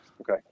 okay